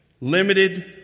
limited